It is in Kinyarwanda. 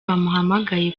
bamuhamagaye